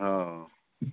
हूँ